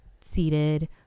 seated